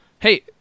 Hey